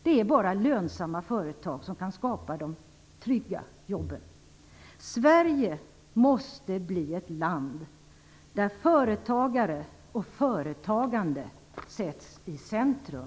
Det är bara lönsamma företag som kan skapa de trygga jobben. Sverige måste bli ett land där företagare och företagande sätts i centrum.